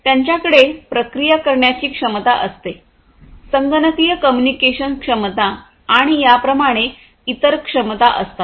त्यांच्याकडे प्रक्रिया करण्याची क्षमता असते संगणकीय कम्युनिकेशन क्षमता आणि याप्रमाणे इतर क्षमता असतात